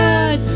God